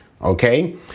Okay